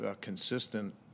consistent –